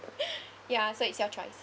ya so it's your choice